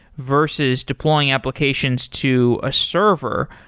versus deploying applications to a server,